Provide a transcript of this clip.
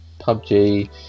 PUBG